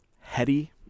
heady